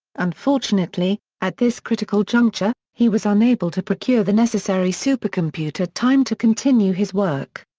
unfortunately, at this critical juncture, he was unable to procure the necessary supercomputer time to continue his work.